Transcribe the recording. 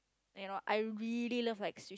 you know I really love like sus~